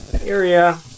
area